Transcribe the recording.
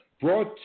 brought